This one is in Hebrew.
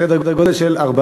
זה סדר גודל של 4%,